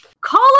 Call